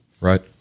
Right